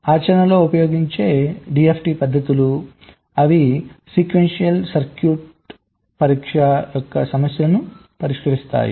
ఆచరణలో ఉపయోగించే DFT పద్ధతులు అవి సీక్వెన్షియల్ సర్క్యూట్ పరీక్ష యొక్క సమస్యలను పరిష్కరిస్తాయి